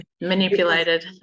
manipulated